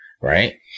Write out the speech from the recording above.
right